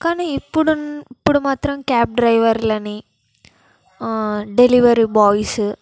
కాని ఇప్పుడు ఇప్పుడు మాత్రం క్యాబ్ డ్రైవర్లని డెలివరీ బాయ్స్